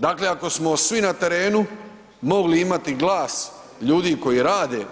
Dakle ako smo svi na terenu mogli imati glas ljudi koji rade